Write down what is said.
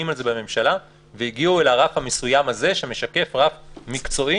על זה בממשלה והגיעו אל הרף המסוים הזה שמשקף רף מקצועי